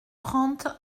trente